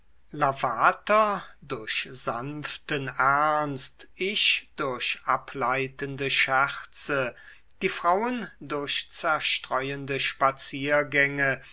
lavater durch sanften ernst ich durch ableitende scherze die frauen durch zerstreuende spaziergänge